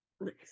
Nice